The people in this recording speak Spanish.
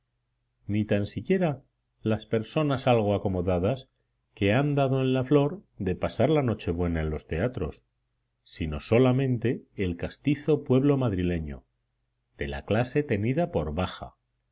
ni tan siquiera las personas algo acomodadas que han dado en la flor de pasar la nochebuena en los teatros sino solamente el castizo pueblo madrileño de la clase tenida por baja